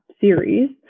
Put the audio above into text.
series